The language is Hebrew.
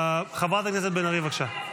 חברת הכנסת בן ארי בבקשה.